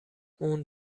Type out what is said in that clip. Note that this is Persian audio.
اون